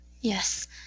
Yes